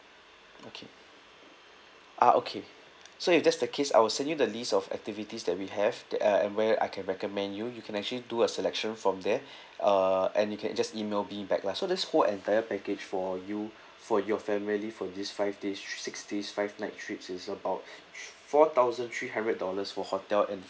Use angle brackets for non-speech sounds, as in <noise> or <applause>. okay uh okay so if that's the case I will send you the list of activities that we have that uh and where I can recommend you you can actually do a selection from there <breath> uh and you can just email be back lah so this whole entire package for you <breath> for your family for this five days six days five nights trip is about <breath> four thousand three hundred dollars for hotel and